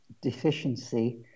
deficiency